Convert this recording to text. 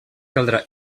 caldrà